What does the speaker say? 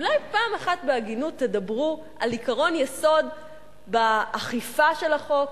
אולי פעם אחת בהגינות תדברו על עקרון יסוד באכיפה של החוק,